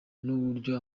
n’uburyo